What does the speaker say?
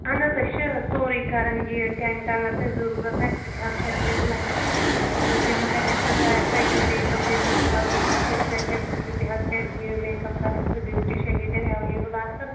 اہن حظ أسۍ چھِ سورٕے کَرن یہِ ٹیٚنٹ اگر تۄہہِ ضُروٗرَت آسہِ سُتِہ حظ چھِ ایٚوَلیبٕل اسہِ نِش یہِ مہرنہِ خٲطرٕ آسہِ تۄہہِ یہِ میک اپ ویک اپ کَرُن سُہ تہِ چھِ تمہِ خٲطرٕ تہِ حظ چھِ اسہِ یہِ میٚکپ کَرنہٕ خٲطرٕ بیوٹِشن یتیٚن ایٚوَلیبٕل آسان